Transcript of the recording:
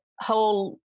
whole